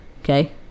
Okay